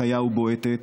חיה ובועטת,